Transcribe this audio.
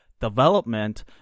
development